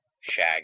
Shag